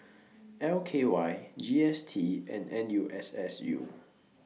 L K Y G S T and N U S S U